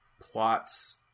plots